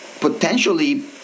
potentially